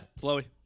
blowy